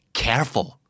careful